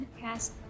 cast